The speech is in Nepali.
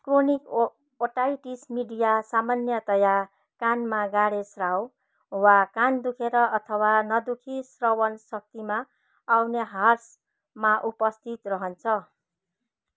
क्रोनिक ओटाइटिस मिडिया सामान्यतया कानमा गाडेस्राव वा कान दुखेर अथवा नदुखी श्रवन शक्तिमा आउने ह्रासमा उपस्थित रहन्छ